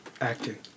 acting